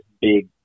big